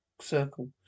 circle